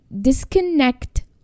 disconnect